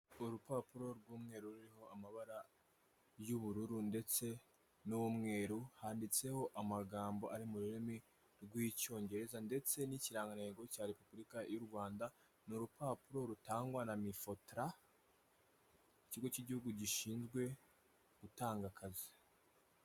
Urupapuro rw'umweru ruriho amabara y'ubururu ndetse n'umweru handitseho amagambo ari m'ururimi rw'icyongereza ndetse n'ikirangantego cya repuburika yu Rwanda, n'urupapuro rutangwa na mifotara ikigo cy'igihugu gishinzwe gutanga akazi.